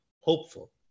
hopeful